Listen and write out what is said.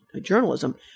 journalism